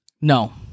No